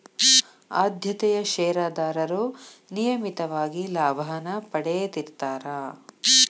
ಆದ್ಯತೆಯ ಷೇರದಾರರು ನಿಯಮಿತವಾಗಿ ಲಾಭಾನ ಪಡೇತಿರ್ತ್ತಾರಾ